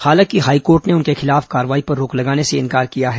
हालांकि हाईकोर्ट ने उनके खिलाफ कार्रवाई पर रोक लगाने से इंकार किया है